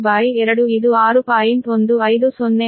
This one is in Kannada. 152 12 ಇದು 6